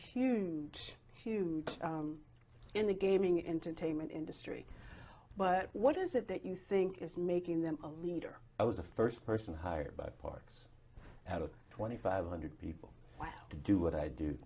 huge huge in the gaming entertainment industry but what is it that you think is making them a leader i was the first person hired by parks out of twenty five hundred people to do what i do